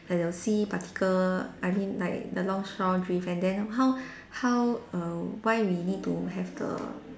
and the sea particle I mean like the longshore drift and then how how err why we need to have the